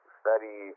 study